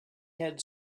had